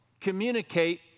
communicate